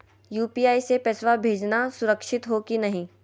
UPI स पैसवा भेजना सुरक्षित हो की नाहीं?